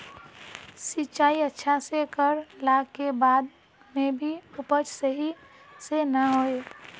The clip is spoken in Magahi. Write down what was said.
सिंचाई अच्छा से कर ला के बाद में भी उपज सही से ना होय?